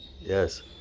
Yes